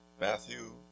Matthew